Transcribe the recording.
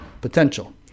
potential